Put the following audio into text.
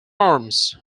arms